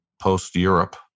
post-Europe